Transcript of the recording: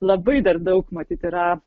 labai dar daug matyt yra